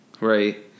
Right